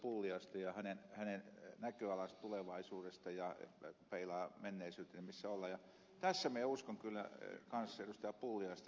pulliaista ja hänen näköalaansa tulevaisuudesta ja sen peilaamista menneisyyteen missä ollaan ja tässä minä uskon kyllä kanssa ed